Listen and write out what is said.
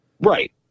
Right